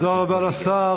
תודה רבה לשר.